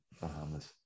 Bahamas